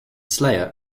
slayer